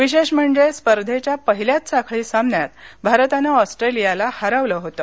विशेष म्हणजेस्पर्धेच्या पहिल्याच साखळी सामन्यात भारतानं ऑस्ट्रेलियाला हरवलं होतं